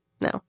No